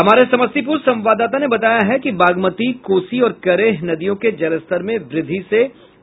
हमारे समस्तीपुर संवाददाता ने बताया है कि बागमती कोसी और करेह नदियों के जलस्तर में वृद्धि से